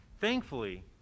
thankfully